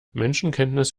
menschenkenntnis